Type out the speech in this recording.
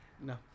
no